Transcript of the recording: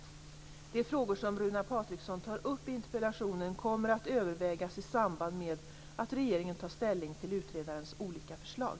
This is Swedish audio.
De frågor som Runar Patriksson tar upp i interpellationen kommer att övervägas i samband med att regeringen tar ställning till utredarens olika förslag.